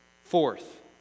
Fourth